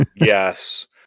Yes